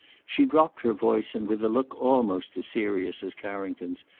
she dropped her voice and with a look almost as serious as carrington's,